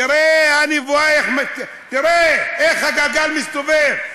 תראה איך הגלגל מסתובב.